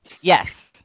yes